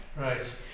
Right